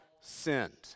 sinned